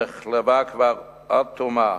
נחלבה כבר עד תומה.